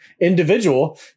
individual